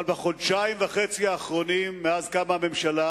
אבל בחודשיים וחצי האחרונים, מאז קמה הממשלה,